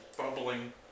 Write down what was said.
bubbling